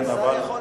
השר יכול להשיב.